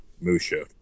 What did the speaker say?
Musha